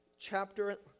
chapter